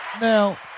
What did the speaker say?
now